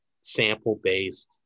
sample-based